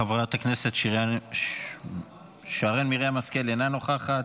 חברת הכנסת שרן מרים השכל, אינה נוכחת.